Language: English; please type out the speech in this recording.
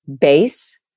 base